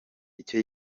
icyo